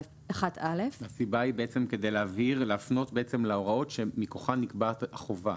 הסיבה היא כדי להבהיר ולהפנות להוראות שמכוחן נקבעת החובה.